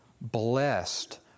Blessed